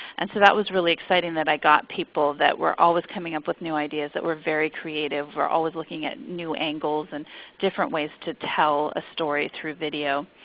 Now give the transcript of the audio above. and so that was really exciting that i got people that were always coming up with new ideas that were very creative and were always looking at new angles, and different ways to tell a story through video.